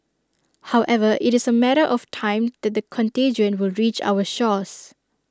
however IT is A matter of time that the contagion will reach our shores